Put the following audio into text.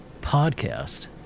podcast